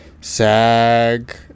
sag